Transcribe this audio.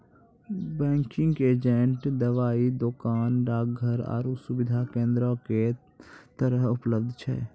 banking agent दबाइ दोकान, डाकघर आरु सुविधा केन्द्रो के तरह उपलब्ध छै